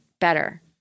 better